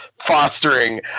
fostering